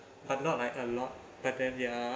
but not like a lot but then ya